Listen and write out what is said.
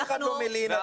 אף אחד לא מלין עליכם,